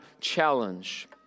challenge